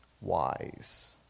wise